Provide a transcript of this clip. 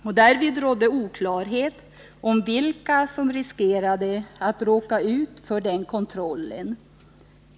Det rådde också oklarhet om vilka som riskerade att råka ut för den kontrollen.